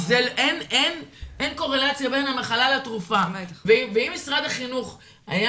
אין קורלציה בין המחלה לתרופה ואם משרד החינוך היה